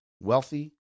wealthy